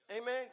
Amen